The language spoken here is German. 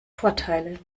vorteile